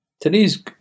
Today's